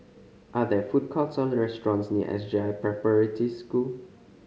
are there food courts or restaurants near S J I Preparatory School